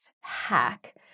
hack